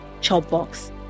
Chopbox